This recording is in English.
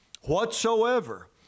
whatsoever